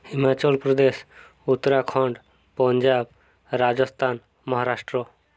Himachal Pradesh Uttarakhand Punjab Rajasthan Maharashtra